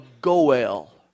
goel